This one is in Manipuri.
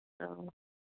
ꯑꯧ